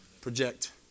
project